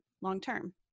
long-term